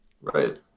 Right